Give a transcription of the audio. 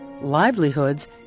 livelihoods